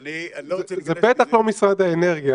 זה בטח לא משרד האנרגיה,